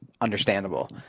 understandable